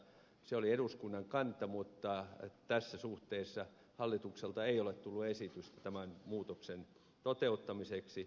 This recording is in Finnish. se oli eduskunnan kanta mutta tässä suhteessa hallitukselta ei ole tullut esitystä tämän muutoksen toteuttamiseksi